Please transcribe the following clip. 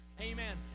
Amen